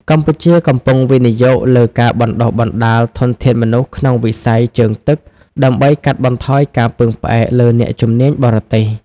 កម្ពុជាកំពុងវិនិយោគលើការបណ្តុះបណ្តាលធនធានមនុស្សក្នុងវិស័យជើងទឹក ដើម្បីកាត់បន្ថយការពឹងផ្អែកលើអ្នកជំនាញបរទេស។